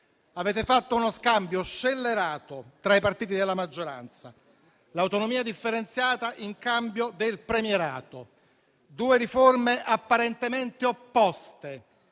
Avete fatto uno scambio scellerato tra i partiti della maggioranza: l'autonomia differenziata in cambio del premierato, due riforme apparentemente opposte